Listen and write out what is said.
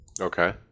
okay